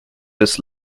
this